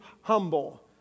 humble